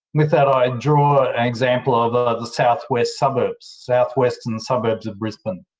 with that, i draw an example of ah of the south-west suburbs, south-western suburbs of brisbane.